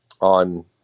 On